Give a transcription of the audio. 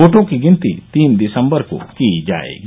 वोटों की गिनती तीन दिसम्बर को की जायेगी